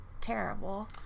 terrible